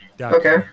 Okay